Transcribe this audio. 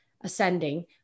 ascending